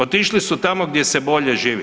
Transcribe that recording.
Otišli su tamo gdje se bolje živi.